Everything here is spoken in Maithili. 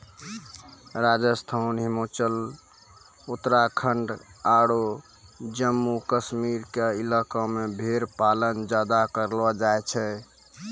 राजस्थान, हिमाचल, उत्तराखंड आरो जम्मू कश्मीर के इलाका मॅ भेड़ पालन ज्यादा करलो जाय छै